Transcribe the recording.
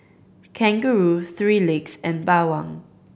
Kangaroo Three Legs and Bawang